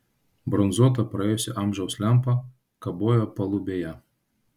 bronzuota praėjusio amžiaus lempa kabojo palubėje